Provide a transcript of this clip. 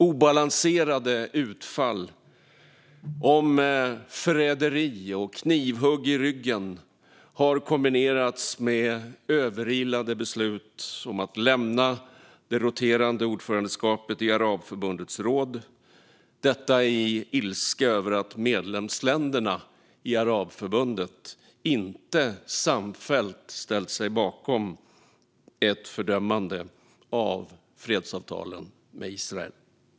Obalanserade utfall om förräderi och knivhugg i ryggen har kombinerats med överilade beslut som att lämna det roterande ordförandeskapet i Arabförbundets råd, detta i ilska över att medlemsländerna i Arabförbundet inte samfällt ställt sig bakom ett fördömande av fredsavtalen med Israel.